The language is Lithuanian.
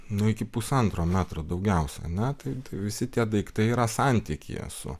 nu iki pusantro metro daugiausiai ar ne tai visi tie daiktai yra santykyje su